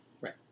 Right